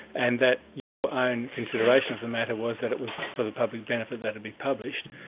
and that your own consideration of the matter was that it was for the public benefit that it be published,